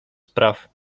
spraw